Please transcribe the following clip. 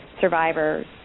survivors